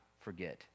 forget